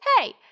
Hey